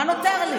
מה נותר לי?